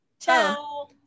Ciao